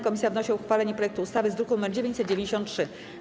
Komisja wnosi o uchwalenie projektu ustawy z druku nr 993.